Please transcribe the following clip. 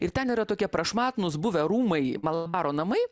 ir ten yra tokie prašmatnūs buvę rūmai malambaro namai